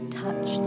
touch